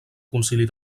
concili